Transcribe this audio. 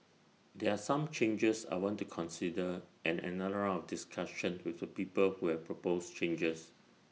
there are some changes I want to consider and another round of discussion with the people who have proposed changes